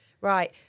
Right